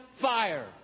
fire